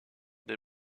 des